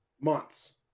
Months